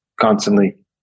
constantly